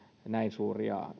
näin suuria